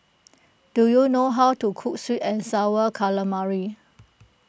do you know how to cook Sweet and Sour Calamari